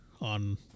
on